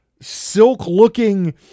silk-looking